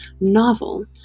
novel